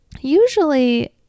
usually